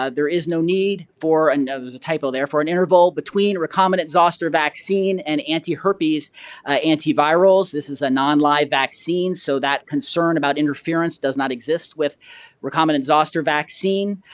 ah there is no need for i ah know there's a typo there for an interval between recombinant zoster vaccine and anti-herpes antivirals. this is a non-live vaccine. so that concern about interference does not exist with recombinant zoster vaccine.